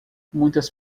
muitas